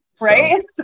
Right